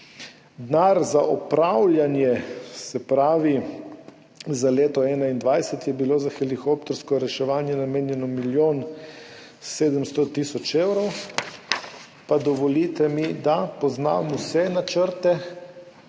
Denar za opravljanje, se pravi za leto 2021 je bilo za helikoptersko reševanje namenjeno milijon 700 tisoč evrov. Pa dovolite mi, da, vse načrte